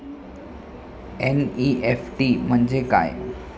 NEFT म्हणजे काय?